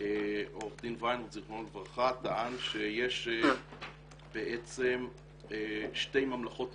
עורך דין ויינרוט ז"ל טען שיש בעצם שתי ממלכות נפרדות,